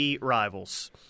rivals